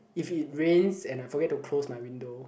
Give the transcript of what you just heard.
if it rains and I forget to close my window